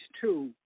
two